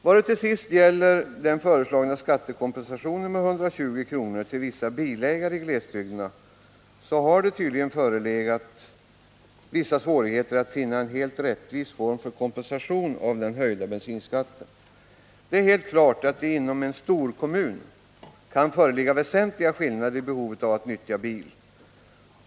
Vad till sist gäller den föreslagna skattekompensationen med 120 kr. till vissa bilägare i glesbygderna har det tydligen förelegat vissa svårigheter när det gällt att finna en helt rättvis form för kompensation av den höjda bensinskatten. Det är helt klart att det inom en storkommun kan föreligga väsentliga skillnader i behovet av att nyttja bil.